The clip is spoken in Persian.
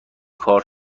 کار